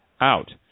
out